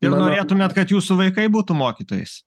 ir norėtumėt kad jūsų vaikai būtų mokytojais